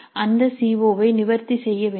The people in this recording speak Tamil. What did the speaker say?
அந்த சி ஓ ஐ நிவர்த்தி செய்ய வேண்டும்